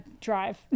drive